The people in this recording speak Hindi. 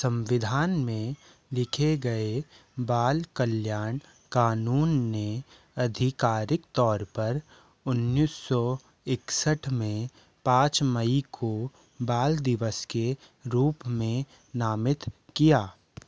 संविधान में लिखे गए बाल कल्याण कानून ने आधिकारिक तौर पर उन्नीस सौ एकसठ में पाँच मई को बाल दिवस के रूप में नामित किया